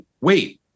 wait